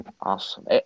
Awesome